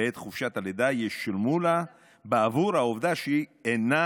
בעת חופשת הלידה ישולמו לה בעבור העובדה שהיא אינה